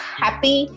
happy